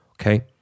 okay